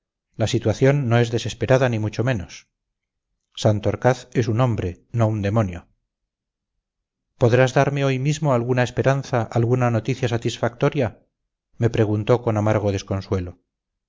la situación no es desesperada ni mucho menos santorcaz es un hombre no un demonio podrás darme hoy mismo alguna esperanza alguna noticia satisfactoria me preguntó con amargo desconsuelo